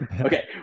okay